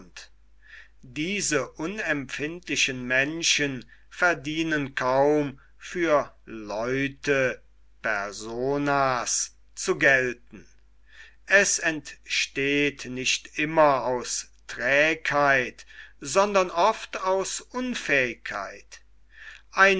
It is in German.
diese unempfindlichen menschen verdienen kaum für leute zu gelten es entsteht nicht immer aus trägheit sondern oft aus unfähigkeit